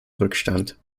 rückstand